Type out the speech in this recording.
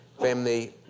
Family